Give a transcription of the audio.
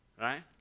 Right